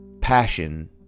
passion